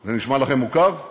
זה נשמע לכם מוכר?